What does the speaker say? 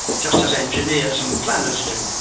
just as engineers and planners do,